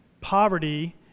poverty